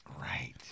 Right